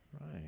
Right